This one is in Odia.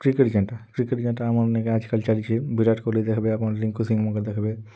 କ୍ରିକେଟ୍ ଯେନ୍ଟା କ୍ରିକେଟ୍ ଯେନ୍ଟା ଆମର୍ ନିକେ ଆଜିକାଲି ଚାଲିଛେ ବିରାଟ୍ କୋହଲିକୁ ଦେଖ୍ବେ ଆପଣ ରିଙ୍କୁ ସିଂ ମାନ୍କେ ଦେଖ୍ବେ